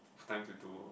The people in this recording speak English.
time to do